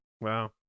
Wow